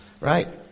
Right